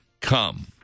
Come